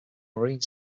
marine